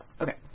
Okay